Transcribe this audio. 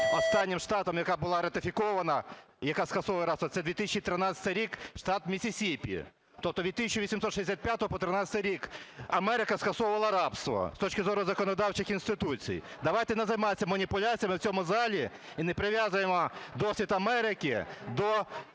останнім штатом, яка була ратифікована, яка скасовує рабство, це 2013 рік штат Міссісіпі, тобто від 1865 по 2013 рік Америка скасовувала рабство, з точки зору законодавчих інституцій. Давайте не займатися маніпуляціями в цьому залі і не прив'язуємо досвід Америки,